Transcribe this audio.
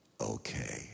okay